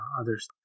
others